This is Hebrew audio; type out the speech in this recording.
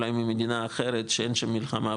אולי ממדינה אחרת שאין שם מלחמה,